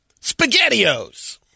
SpaghettiOs